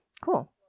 cool